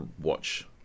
watch